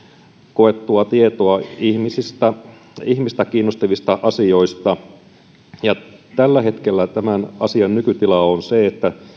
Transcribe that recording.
koettua tietoa ihmisistä ihmistä kiinnostavista asioista tällä hetkellä tämän asian nykytila on se että